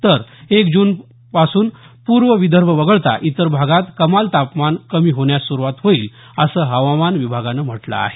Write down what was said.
तर एक जूनपासून पूर्व विदर्भ वगळता इतर भागात कमाल तापमान कमी होण्यास सुरुवात होईल असं हवामान विभागानं म्हटलं आहे